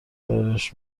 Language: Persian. برایش